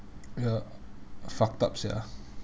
ya fucked up sia